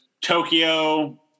Tokyo